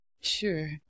Sure